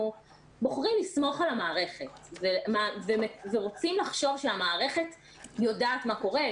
בוחרים לסמוך על המערכת ורוצים לחשוב שהמערכת יודעת מה קורה,